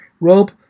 rob